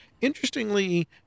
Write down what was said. Interestingly